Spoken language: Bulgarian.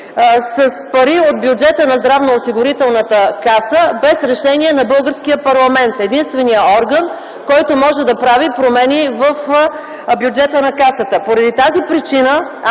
с пари от бюджета на Здравноосигурителната каса без разрешение на българския парламент – единственият орган, който може да прави промени в бюджета на Касата. По тази причина